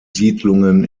siedlungen